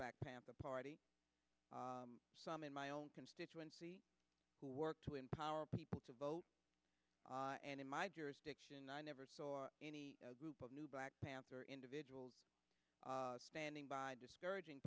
black panther party some in my own constituency who worked to empower people to vote and in my jurisdiction i never saw any group of new black panther individuals standing by discouraging